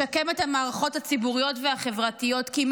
לשקם את המערכות הציבוריות והחברתיות כי,